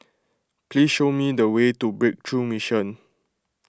please show me the way to Breakthrough Mission